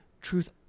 truth